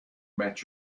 met